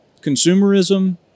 consumerism